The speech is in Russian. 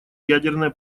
ядерная